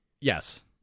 Yes